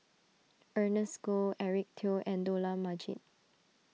Ernest Goh Eric Teo and Dollah Majid